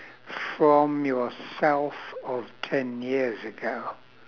from yourself of ten years ago